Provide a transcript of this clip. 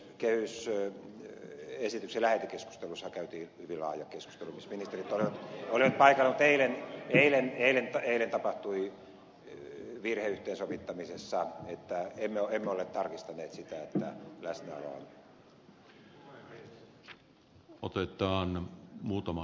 kehysesityksen lähetekeskustelussahan käytiin hyvin laaja keskustelu missä ministerit olivat paikalla mutta eilen tapahtui virhe yhteensovittamisessa että emme olleet tarkistaneet sitä että läsnäoloa on